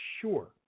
Sure